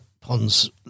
ponds